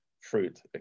fruit